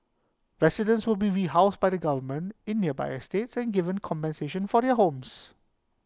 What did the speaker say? residents will be rehoused by the government in nearby estates and given compensation for their homes